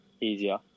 easier